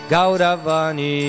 Gauravani